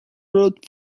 third